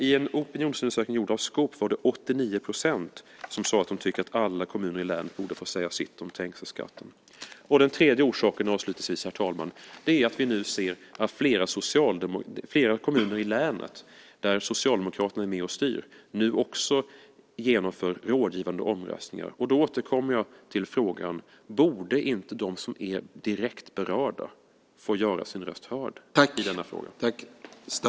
I en opinionsundersökning gjord av Skop var det 89 % som tyckte att alla kommuner i länet borde få säga sitt om trängselskatten. Den tredje orsaken avslutningsvis, herr talman, är att vi nu ser att flera kommuner i länet där Socialdemokraterna är med och styr nu också genomför rådgivande omröstningar. Jag återkommer därför till frågan: Borde inte de som är direkt berörda få göra sin röst hörd i denna fråga?